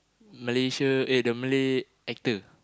Malaysia eh the Malay actor